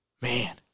Man